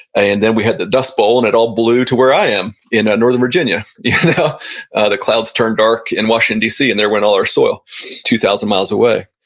and then we had the dust bowl and it all blew to where i am in northern virginia. yeah the clouds turned dark in washington dc and there went all our soil two thousand miles away.